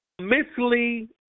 mentally